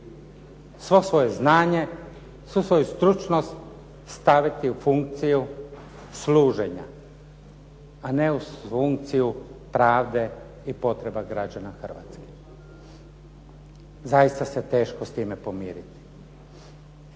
svo svoje znanje, svu svoju stručnost staviti u funkciju služenja, a ne u funkciju pravde i potreba građana Hrvatske. Zaista se teško s time pomiriti.